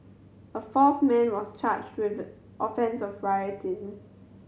a fourth man was charged with the offence of rioting